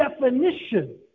definition